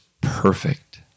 perfect